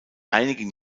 einigen